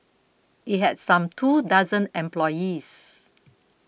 it had some two dozen employees